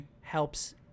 helps